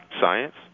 Science